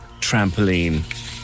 trampoline